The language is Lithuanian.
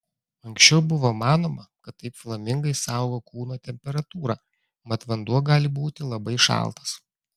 anksčiau buvo manoma kad taip flamingai saugo kūno temperatūrą mat vanduo gali būti labai šaltas